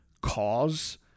cause